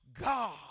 God